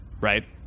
right